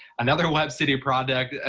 another webb city product,